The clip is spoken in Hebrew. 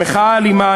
המחאה האלימה,